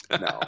No